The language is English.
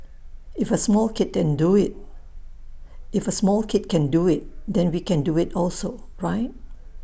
if A small kid can do IT then we can do IT also right